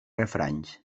refranys